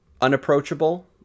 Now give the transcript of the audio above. unapproachable